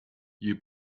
you